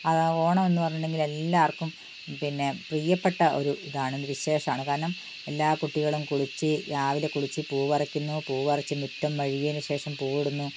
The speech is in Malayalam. അതാണ് ഓണമെന്ന് പറഞ്ഞിട്ടുണ്ടെങ്കിൽ എല്ലാവർക്കും പിന്നെ പ്രിയപ്പെട്ട ഒരു ഇതാണ് വിശേഷമാണ് കാരണം എല്ലാ കുട്ടികളും കുളിച്ച് രാവിലെ കുളിച്ച് പൂവ് പറിക്കുന്നു പൂവ് പറിച്ച് മുറ്റം മെഴുകിയതിന് ശേഷം പൂവിടുന്നു